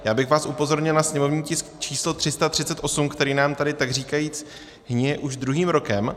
Já bych vás upozornil na sněmovní tisk číslo 338, který nám tady takříkajíc hnije už druhým rokem.